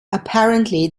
apparently